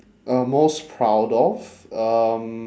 uh most proud of um